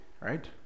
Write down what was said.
Right